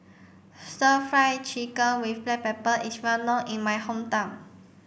stir fry chicken with black pepper is well known in my hometown